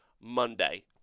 monday